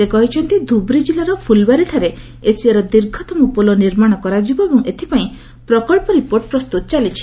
ସେ କହିଛନ୍ତି ଧୁବ୍ରୀ ଜିଲ୍ଲାର ଫୁଲବାରୀଠାରେ ଏସିଆର ଦୀର୍ଘତମ ପୋଲ ନିର୍ମାଣ କରାଯିବ ଏବଂ ଏଥିପାଇଁ ପ୍ରକଳ୍ପ ରିପୋର୍ଟ ପ୍ରସ୍ତୁତ ଚାଳିଛି